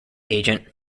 agent